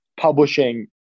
publishing